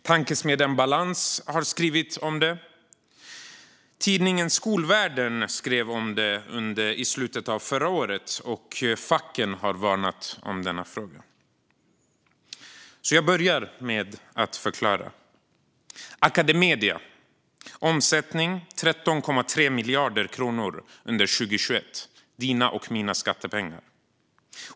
Tankesmedjan Balans har skrivit om det. Tidningen Skolvärlden skrev om det i slutet av förra året, och facken har varnat om denna fråga. Jag börjar med att förklara. Academedia hade en omsättning på 13,3 miljarder kronor under 2021. Det är dina och mina skattepengar.